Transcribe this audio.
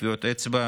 טביעות אצבע,